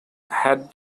had